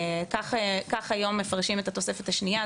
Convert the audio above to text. כך היום מפרשים את התוספת השנייה.